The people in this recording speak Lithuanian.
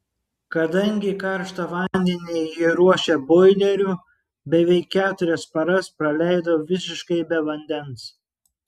kadangi karštą vandenį jie ruošia boileriu beveik keturias paras praleido visiškai be vandens